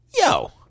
yo